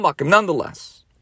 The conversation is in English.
Nonetheless